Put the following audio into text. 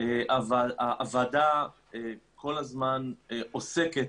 הוועדה כל הזמן עוסקת,